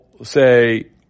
Say